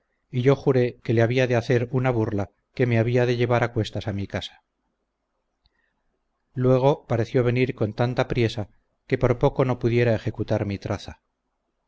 y yo juré que le había de hacer una burla que me había de llevar acuestas a mi casa luego pareció venir con tanta priesa que por poco no pudiera ejecutar mi traza